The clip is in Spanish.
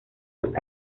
dos